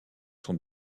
sont